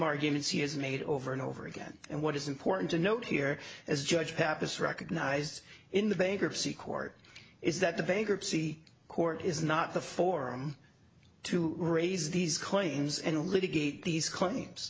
arguments he has made over and over again and what is important to note here as judge pappas recognized in the bankruptcy court is that the bankruptcy court is not the forum to raise these claims and litigate these claims